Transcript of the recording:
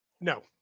No